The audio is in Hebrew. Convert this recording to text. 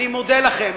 אני מודה לכם.